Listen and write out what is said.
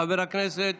חבר הכנסת